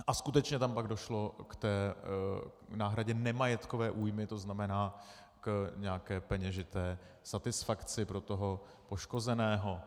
A skutečně tam pak došlo k té náhradě nemajetkové újmy, tzn. k nějaké peněžité satisfakci pro toho poškozeného.